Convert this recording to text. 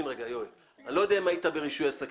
יואל, אני לא יודע אם היית ברישוי עסקים.